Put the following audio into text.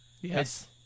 Yes